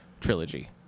trilogy